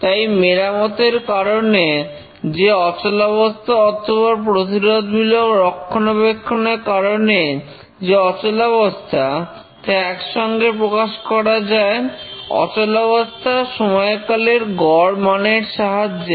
তাই মেরামতের কারণে যে অচলাবস্থা অথবা প্রতিরোধমূলক রক্ষণাবেক্ষণের কারণে যে অচলাবস্থা তা একসঙ্গে প্রকাশ করা যায় অচলাবস্থার সময়কালের গড় মানের সাহায্যে